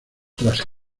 tras